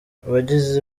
abagize